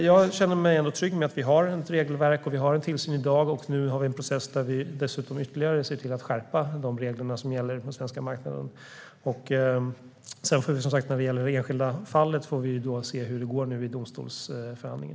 Jag känner mig trygg med att vi har ett regelverk och en tillsyn i dag, och nu har vi en process där reglerna som gäller på den svenska marknaden skärps ytterligare. Sedan får vi, när det gäller det enskilda fallet, se hur det går i domstolsförhandlingen.